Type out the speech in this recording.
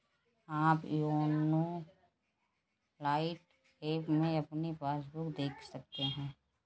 आप YONO lite app में अपनी पासबुक देख सकते हैं